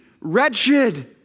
wretched